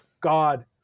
God